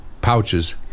pouches